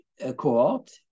cohort